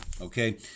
Okay